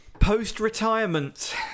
Post-retirement